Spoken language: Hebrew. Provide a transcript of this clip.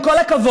עם כל הכבוד.